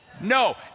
No